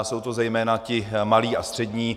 Jsou to zejména ti malí a střední.